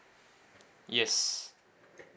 yes